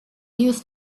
news